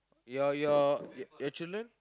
your your your children